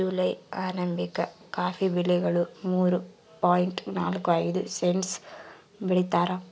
July arabica coffee ಬೆಲೆಗಳು ಮೂರು point ನಾಲ್ಕು ಐದು ಸೆಂಟ್ಸ್ ಬೆಳೀತಾರ